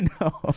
no